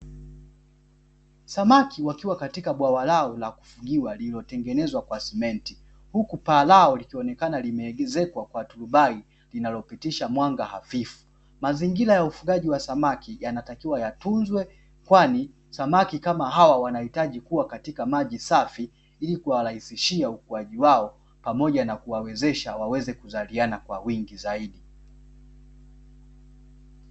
Samaki wakiwa katika bwawa lao la kufugiwa lililotengenezwa kwa sementi, huku paa lao likionekana limeezekwa kwa turubai linalopitisha mwanga hafifu. Mazingira ya ufugaji wa samaki yanatakiwa yatunzwe, kwani samaki kama hawa wanahitaji kuwa katika maji safi ili kuwarahisishia ukuaji wao pamoja na kuwawezesha waweze kuzaliana kwa wingi zaidi.